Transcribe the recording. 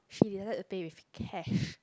she decided to pay with cash